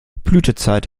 blütezeit